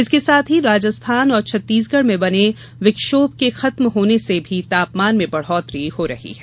इसके साथ ही राजस्थान और छत्तीसगढ़ में बने विक्षोभ के खत्म होने से भी तापमान में बढ़ौतरी हो रही है